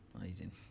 Amazing